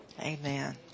Amen